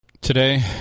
Today